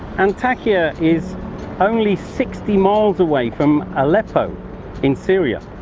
antakya is only sixty miles away from aleppo in syria,